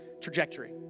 trajectory